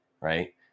right